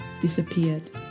disappeared